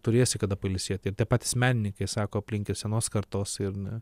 turėsi kada pailsėti patys menininkai sako aplink ir senos kartos ir ne